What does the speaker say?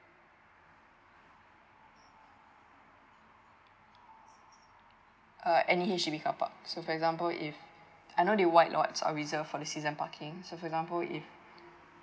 uh any H_D_B carpark so for example if I know the white lots are reserved for the season parking so for example if